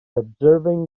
observing